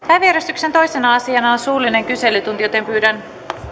päiväjärjestyksen toisena asiana on suullinen kyselytunti pyydän